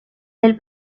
del